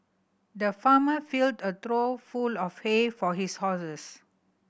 the farmer filled a trough full of hay for his horses